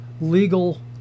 legal